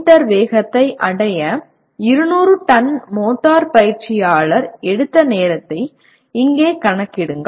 me வேகத்தை அடைய 200 ton motor பயிற்சியாளர் எடுத்த நேரத்தை இங்கே கணக்கிடுங்கள்